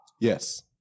Yes